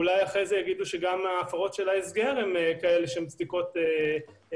ואולי בהמשך גם יגידו שהפרות של ההסגר מצדיקות שימוש